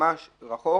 ממש רחוק.